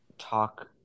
talk